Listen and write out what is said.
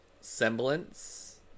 semblance